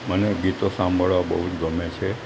મને ગીતો સાંભળવા બહુ જ ગમે છે